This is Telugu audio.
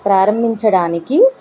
ప్రారంభించడానికి